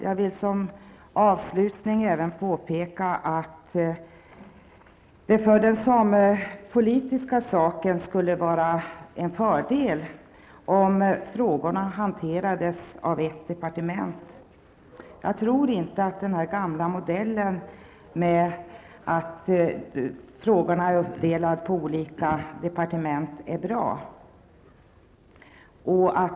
Jag vill som avslutning även påpeka att det för den samepolitiska saken skulle vara en fördel om frågorna hanterades av ett enda departement. Jag tror inte att denna gamla modell med att frågorna är uppdelade på lika departement är bra.